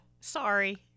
Sorry